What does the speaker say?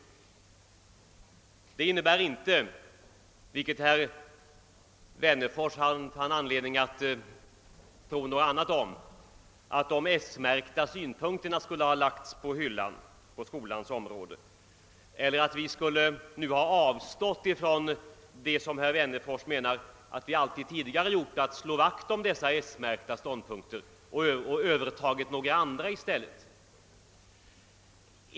Detta innebär emellertid inte — vilket herr Wennerfors tycktes tro — att de s-märkta synpunkterna på skolans område skulle ha lagts på hyllan eller att vi nu skulle ha avstått från det som herr Wennerfors menade att vi tidigare alltid gjort, nämligen att slå vakt om dessa s-märkta ståndpunkter, och att vi i stället skulle ha övertagit några andra ståndpunkter.